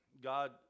God